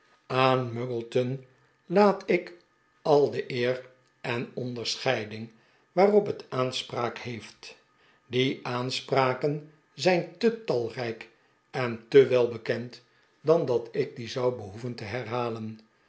muggleton laat ik al de eer en onderscheiding waarop het aanspraak heeft die aanspraken zijn te talrijk en te welbekend dan dat ik die zou behoeven te herhalen